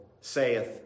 saith